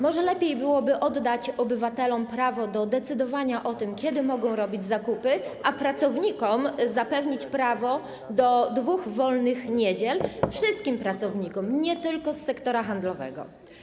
Może lepiej byłoby oddać obywatelom prawo do decydowania o tym, kiedy mogą robić zakupy, a pracownikom zapewnić prawo do dwóch wolnych niedziel, wszystkim pracownikom, nie tylko z sektora handlowego.